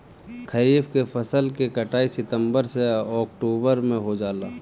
खरीफ के फसल के कटाई सितंबर से ओक्टुबर में हो जाला